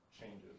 changes